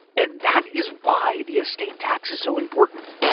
and that is why the estate tax is so important.